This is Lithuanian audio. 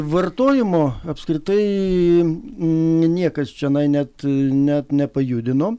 vartojimo apskritai niekas čionai net net nepajudino